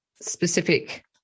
specific